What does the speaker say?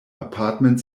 apartment